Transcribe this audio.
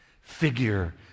figure